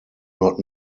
not